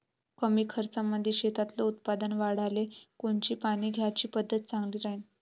कमी खर्चामंदी शेतातलं उत्पादन वाढाले कोनची पानी द्याची पद्धत चांगली राहीन?